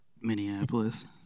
Minneapolis